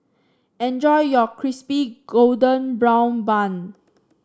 enjoy your Crispy Golden Brown Bun